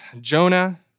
Jonah